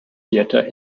theatre